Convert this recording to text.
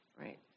Right